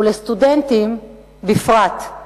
ולסטודנטים בפרט.